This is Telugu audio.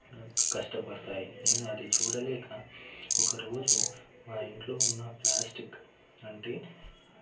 కష్టపడతాయి నేను అది చూడలేక ఒకరోజు మా ఇంట్లో ఉన్న ప్లాస్టిక్ అంటే